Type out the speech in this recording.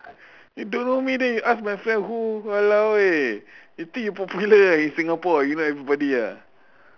you don't know me then you ask my friend who !walao! eh you think you popular ah in singapore you know everybody ah